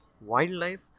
wildlife